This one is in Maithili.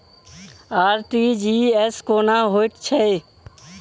आर.टी.जी.एस कोना होइत छै?